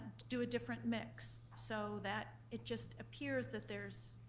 do a different mix. so that it just appears that there's,